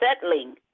settling